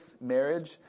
marriage